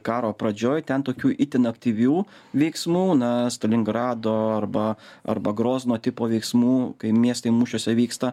karo pradžioj ten tokių itin aktyvių veiksmų na stalingrado arba arba grozno tipo veiksmų kai miestai mūšiuose vyksta